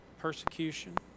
persecution